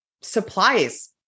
supplies